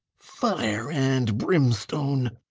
fire and brimstone!